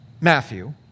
Matthew